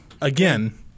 Again